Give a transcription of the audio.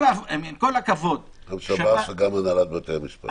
גם שב"ס וגם הנהלת בתי המשפט.